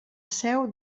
seu